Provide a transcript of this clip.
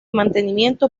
mantenimiento